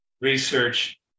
research